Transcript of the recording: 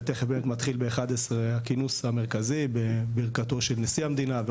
ותכף מתחיל ב-11:00 הכינוס המרכזי בברכתו של נדשיא המדינה,